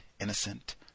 Innocent